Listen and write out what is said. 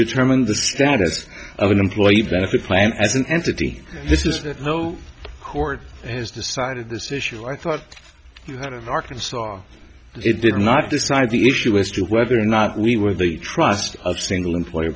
determine the status of an employee benefit plan as an entity this is no court has decided this issue i thought you had in arkansas it did not decide the issue as to whether or not we were the trust of single employer